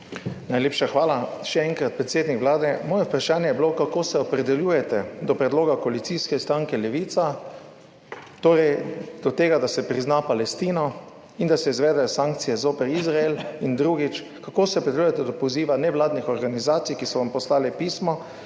Najlepša hvala. Še enkrat, predsednik Vlade, moje vprašanje je bilo: Kako se opredeljujete do predloga koalicijske stranke Levica, torej do tega, da se prizna Palestino in da se izvedejo sankcije zoper Izrael? Kako se opredeljujete do poziva nevladnih organizacij, ki so vam poslale pismo,